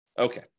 Okay